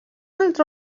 altre